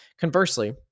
Conversely